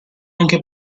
anche